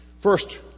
First